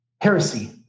Heresy